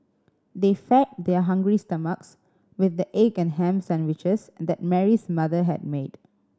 they fed their hungry stomachs with the egg and ham sandwiches that Mary's mother had made